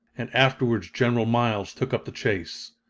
and afterwards general miles took up the chase.